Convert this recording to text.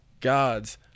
God's